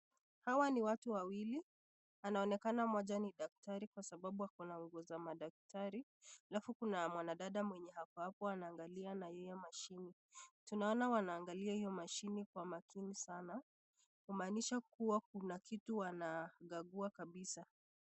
Hawa ni watu wawili wanaonekana moja ni daktari kwa sababu ako na nguo za madaktari , alafu kuna mwenye dada mwenye Ako hapo anaangalia na yeye mashini. Tunaona wanaangalia hiyo mashini Kwa makini sana, kumaanisha kuwa kuna kitu wanakagua kabisa.